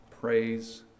praise